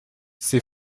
c’est